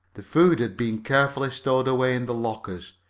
the food had been carefully stowed away in the lockers,